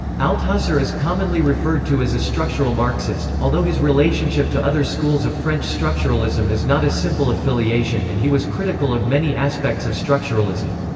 althusser is commonly referred to as a structural marxist, although his relationship to other schools of french structuralism is not a simple affiliation and he was critical of many aspects of structuralism.